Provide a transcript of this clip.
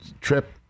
trip